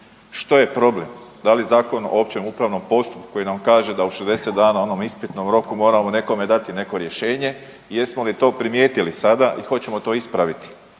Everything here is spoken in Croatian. Što je problem? Da li Zakon o općem upravnom postupku koji nam kaže da u 60 dana onom ispitnom roku moramo nekome dati neko rješenje, jesmo li to primijetili sada i hoćemo to ispraviti